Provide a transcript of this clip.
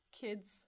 Kids